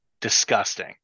disgusting